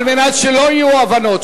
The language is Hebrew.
כדי שלא יהיו אי-הבנות.